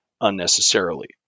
unnecessarily